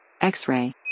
X-ray